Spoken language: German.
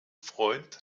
freund